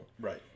Right